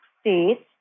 states